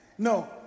No